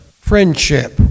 friendship